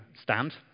stand